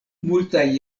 multaj